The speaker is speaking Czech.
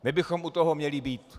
My bychom u toho měli být.